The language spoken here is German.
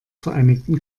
vereinigten